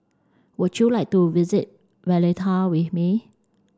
would you like to visit Valletta with me